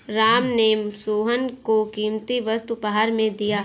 राम ने सोहन को कीमती वस्तु उपहार में दिया